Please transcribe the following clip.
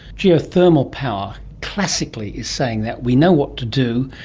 geothermal power, classically is saying that we know what to do,